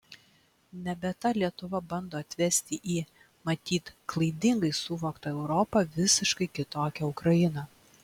nebe ta lietuva bando atvesti į matyt klaidingai suvoktą europą visiškai kitokią ukrainą